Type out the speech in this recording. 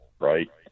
right